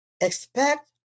expect